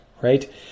right